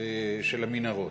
של המנהרות?